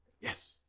Yes